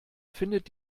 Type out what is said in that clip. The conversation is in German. findet